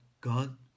God